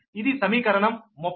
ఇది సమీకరణం 30